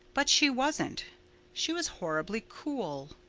but she wasn't she was horribly cool.